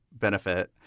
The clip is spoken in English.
benefit